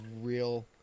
real